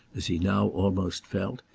as he now almost felt,